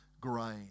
grain